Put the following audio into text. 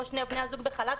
או שני בני הזוג בחל"ת,